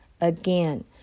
Again